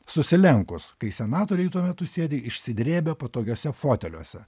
susilenkus kai senatoriai tuo metu sėdi išsidrėbę patogiuose foteliuose